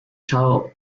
child